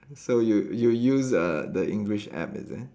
so you you use the the English app is it